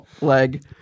leg